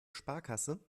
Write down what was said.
sparkasse